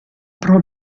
pro